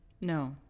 No